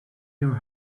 your